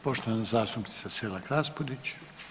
Poštovana zastupnica Selak Raspudić.